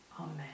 Amen